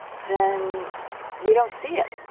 then we don't see it.